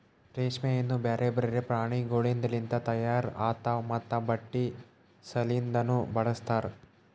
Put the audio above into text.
ರೇಷ್ಮೆಯನ್ನು ಬ್ಯಾರೆ ಬ್ಯಾರೆ ಪ್ರಾಣಿಗೊಳಿಂದ್ ಲಿಂತ ತೈಯಾರ್ ಆತಾವ್ ಮತ್ತ ಬಟ್ಟಿ ಸಲಿಂದನು ಬಳಸ್ತಾರ್